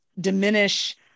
diminish